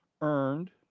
earned